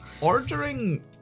ordering